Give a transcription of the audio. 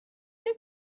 you